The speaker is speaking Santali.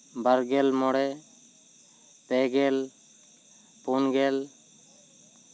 ᱵᱟᱨᱜᱮᱞ ᱢᱚᱬᱮ ᱯᱮ ᱜᱮᱞ ᱯᱩᱱ ᱜᱮᱞ